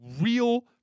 real